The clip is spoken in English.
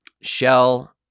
Shell